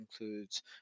includes